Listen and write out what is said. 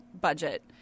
budget